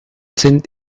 sind